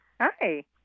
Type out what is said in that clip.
Hi